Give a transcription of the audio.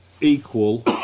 equal